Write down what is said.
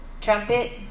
trumpet